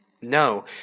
No